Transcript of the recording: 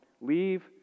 Leave